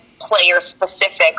player-specific